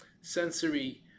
sensory